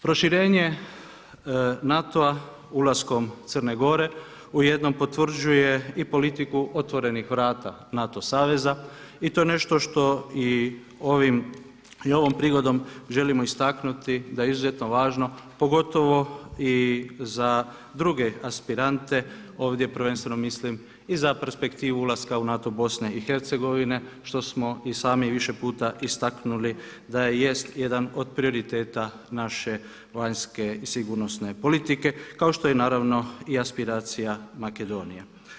Proširenje NATO-a ulaskom Crne Gore u jednom potvrđuje i politiku otvorenih vrata NATO saveza i to nešto što i ovom prigodom želimo istaknuti da je izuzetno važno, pogotovo i za druge aspirante, ovdje prvenstveno mislim i za perspektivu ulaska u NATO BiH što smo i sami više puta istaknuli da jest jedan od prioriteta naše vanjske i sigurnosne politike, kao što je naravno i aspiracija Makedonije.